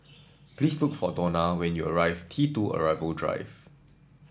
please look for Dona when you reach T two Arrival Drive